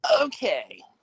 Okay